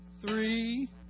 three